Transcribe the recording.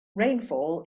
rainfall